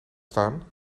staan